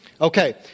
Okay